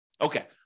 Okay